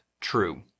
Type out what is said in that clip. true